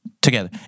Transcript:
together